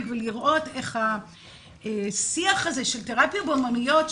ולראות איך השיח הזה של תרפיה באומנויות,